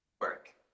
work